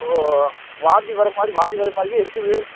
ஓ வாந்தி வரமாதிரி வாந்தி வரமாதிரியே இருக்குது